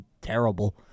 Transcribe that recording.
terrible